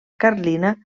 carlina